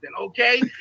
okay